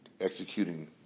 executing